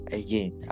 again